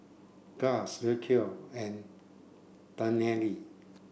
Gust Rocio and Danelle